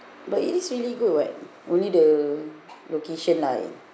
but it is really good what only the location lah